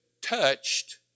touched